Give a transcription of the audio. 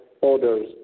orders